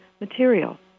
material